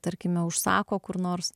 tarkime užsako kur nors